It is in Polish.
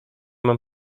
mam